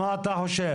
מה אתה חושב.